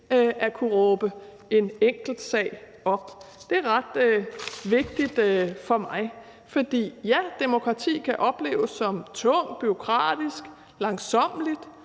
politiker op i en enkeltsag. Det er ret vigtigt for mig, for ja, demokrati kan opleves som tungt, bureaukratisk, langsommeligt,